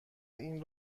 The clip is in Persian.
این